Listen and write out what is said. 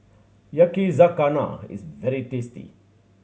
yakizakana is very tasty